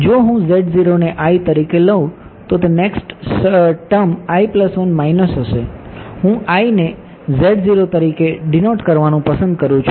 જો હું ને તરીકે લઉં તો તે નેક્સ્ટ શબ્દ માઇનસ હશે હું ને તરીકે ડિનોટ કરવાનું પસંદ કરું છું